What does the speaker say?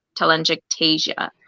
telangiectasia